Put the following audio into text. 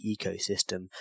ecosystem